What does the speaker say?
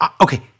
Okay